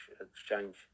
exchange